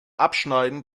abschneiden